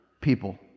people